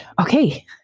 okay